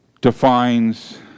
defines